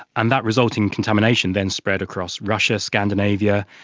and that resulting contamination then spread across russia, scandinavia,